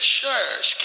church